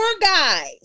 guys